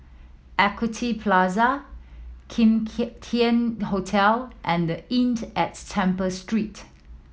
Equity Plaza Kim Tian Hotel and the at Temple Street